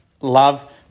love